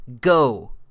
go